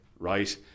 Right